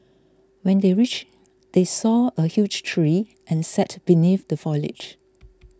when they reached they saw a huge tree and sat beneath the foliage